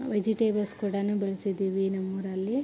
vegetables ಕೂಡಾನೂ ಬೆಳ್ಸಿದೀವಿ ನಮ್ಮೂರಲ್ಲಿ